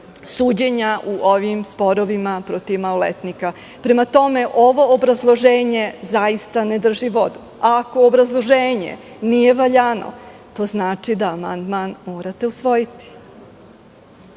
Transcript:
suđenja u ovim sporovima protiv maloletnika. Prema tome, ovo obrazloženje zaista ne drži vodu, a ako obrazloženje nije valjano, to znači da amandman morate usvojiti.